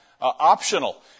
optional